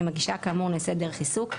אם הגישה כאמור נעשית דרך עיסוק,